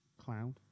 cloud